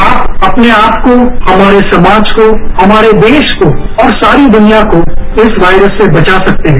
आप अपने आपको हमारे समाज को हमारे देश को और सारी दुनिया को इस वायरस से बचा सकते हैं